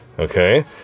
Okay